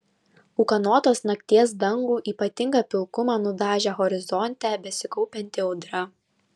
ūkanotos nakties dangų ypatinga pilkuma nudažė horizonte besikaupianti audra